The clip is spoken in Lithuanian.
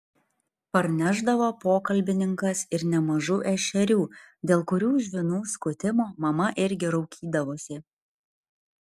parnešdavo pokalbininkas ir nemažų ešerių dėl kurių žvynų skutimo mama irgi raukydavosi